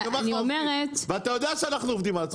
אני אומר לך ואתה יודע שאנחנו עובדים על עצמנו.